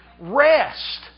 Rest